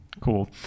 cool